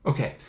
Okay